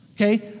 okay